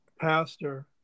pastor